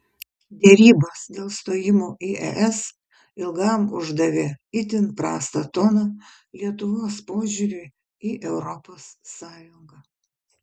derybos dėl stojimo į es ilgam uždavė itin prastą toną lietuvos požiūriui į europos sąjungą